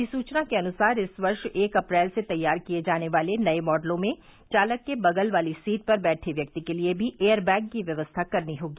अधिसूचना के अनुसार इस वर्ष एक अप्रैल से तैयार किए जाने वाले नये मॉडलों में चालक के बगल वाली सीट पर बैठे व्यक्ति के लिये भी एयर बैग की व्यवस्था करनी होगी